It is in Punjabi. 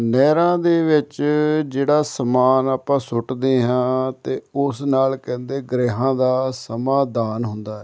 ਨਹਿਰਾਂ ਦੇ ਵਿੱਚ ਜਿਹੜਾ ਸਮਾਨ ਆਪਾਂ ਸੁੱਟਦੇ ਹਾਂ ਅਤੇ ਉਸ ਨਾਲ ਕਹਿੰਦੇ ਗ੍ਰਹਿਾਂ ਦਾ ਸਮਾਧਾਨ ਹੁੰਦਾ